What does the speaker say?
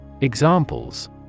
Examples